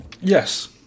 Yes